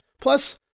Plus